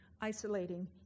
isolating